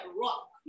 rock